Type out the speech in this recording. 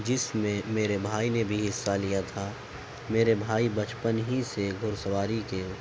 جس میں میرے بھائی نے بھی حصہ لیا تھا میرے بھائی بچپن ہی سے گھڑ سواری کے